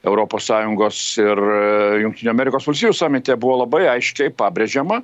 europos sąjungos ir jungtinių amerikos valstijų samite buvo labai aiškiai pabrėžiama